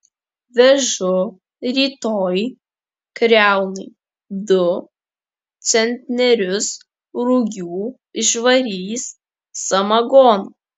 vežu rytoj kriaunai du centnerius rugių išvarys samagono